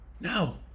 No